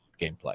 gameplay